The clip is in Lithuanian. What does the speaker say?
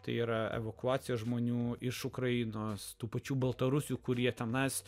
tai yra evakuacija žmonių iš ukrainos tų pačių baltarusių kurie tonas